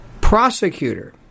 prosecutor